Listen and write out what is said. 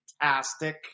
fantastic